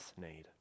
need